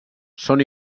són